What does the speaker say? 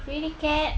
pretty cat